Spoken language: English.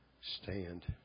stand